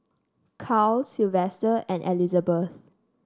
Caryl Silvester and Elizabeth